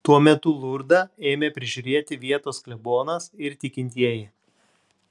tuo metu lurdą ėmė prižiūrėti vietos klebonas ir tikintieji